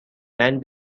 men